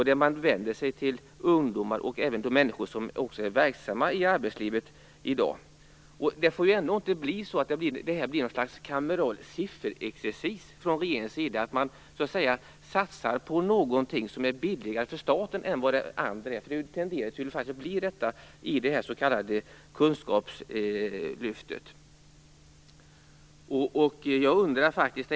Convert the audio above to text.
Den vänder sig till ungdomar och även till människor som är verksamma i arbetslivet i dag. Det får inte bli något slags kameral sifferexercis från regeringens sida, där man satsar på det som är billigare än det andra för staten. Det tenderar ju att bli så när det gäller Kunskapslyftet.